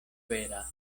vera